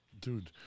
Dude